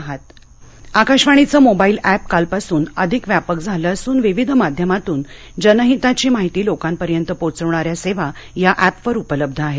mobile app आकाशवाणीचं mobile app कालपासून अधिक व्यापक झालं असून विविध माध्यमांतून जनहिताची माहिती लोकांपर्यंत पोहोचवणाऱ्या सेवा या ऍपवर उपलब्ध आहेत